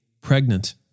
pregnant